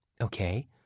Okay